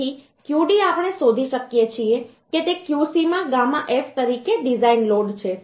તેથી Qd આપણે શોધી શકીએ છીએ કે તે Qc માં ગામા f તરીકે ડિઝાઇન લોડ છે